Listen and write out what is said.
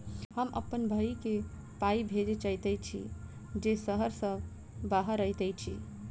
हम अप्पन भयई केँ पाई भेजे चाहइत छि जे सहर सँ बाहर रहइत अछि